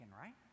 right